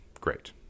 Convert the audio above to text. Great